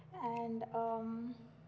and um